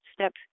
step